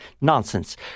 nonsense